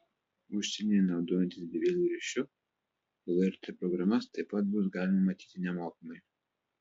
užsienyje naudojantis bevieliu ryšiu lrt programas taip pat bus galima matyti nemokamai